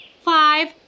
five